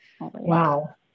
wow